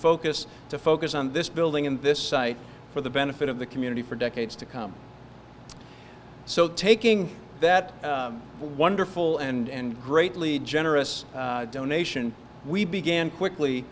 focus to focus on this building and this site for the benefit of the community for decades to come so taking that wonderful and greatly generous donation we began quickly